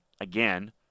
Again